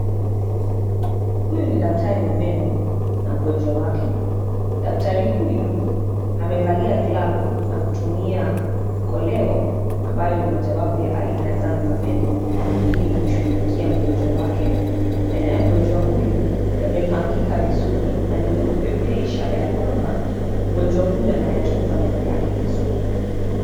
Huyu ni daktari wa meno na mgonjwa wake. Daktari huyu amevalia glovu na kutumia koleo ambayo ni mojawapo ya aina ya zana za meno ili kumshughulikia mgonjwa wake. Meno ya mgonjwa huyu yamepangika vizuri na ni meupe pe, ishara ya kwamba ugonjwa huu anayatunza meno yake vizuri.